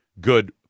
good